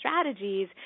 strategies